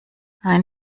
ein